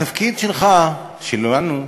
התפקיד שלך, שלנו,